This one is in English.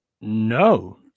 No